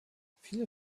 viele